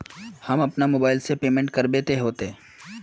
हम अपना मोबाईल से पेमेंट करबे ते होते?